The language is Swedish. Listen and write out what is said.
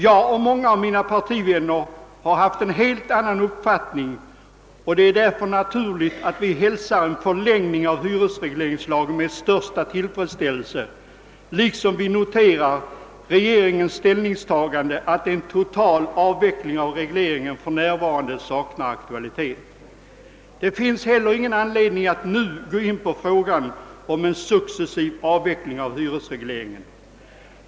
Jag och många av mina partivänner har haft en helt annan uppfattning, och det är därför naturligt att vi hälsar en förlängning av hyresregleringslagen med största tillfredsställelse, lik som vi noterar regeringens ställningstagande att en total avveckling av regleringen för närvarande saknar aktualitet; Det finns inget skäl att nu beröra frågan om en successiv avveckling av hyresregleringen.